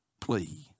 plea